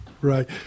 right